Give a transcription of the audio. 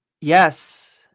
Yes